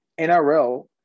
NRL